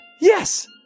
Yes